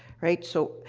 right? so,